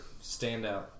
standout